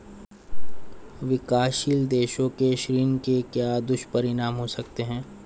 विकासशील देशों के ऋण के क्या दुष्परिणाम हो सकते हैं?